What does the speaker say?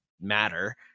matter